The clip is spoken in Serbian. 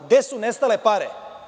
Gde su nestale pare?